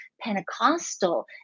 Pentecostal